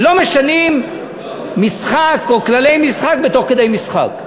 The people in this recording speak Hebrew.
לא משנים משחק או כללי משחק תוך כדי משחק.